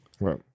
Right